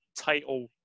Title